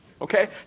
okay